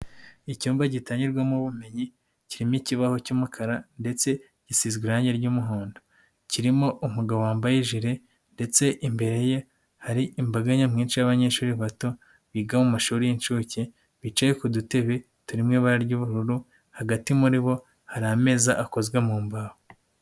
Icyumba gitangirwamo ubumenyi kirimo ikibaho cy'umukara ndetse gisizwe irangi ry'umuhondo, kirimo umugabo wambaye ijire ndetse imbere ye hari imbaga nyamwinshi y'abanyeshuri bato biga mu mashuri y'inshuke, bicaye ku dutebe turimo ibara ry'ubururu hagati muri bo hari amezi akozwe mu mbaho.